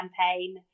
campaign